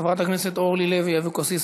חברת הכנסת אורלי לוי אבקסיס,